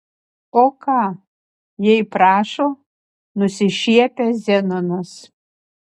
o ką jei prašo nusišiepia zenonas